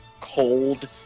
cold